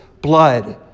blood